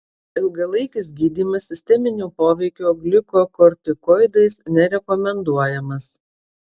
ilgalaikis gydymas sisteminio poveikio gliukokortikoidais nerekomenduojamas